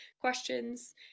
questions